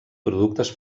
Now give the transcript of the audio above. productes